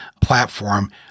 platform